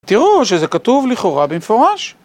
תראו שזה כתוב לכאורה במפורש.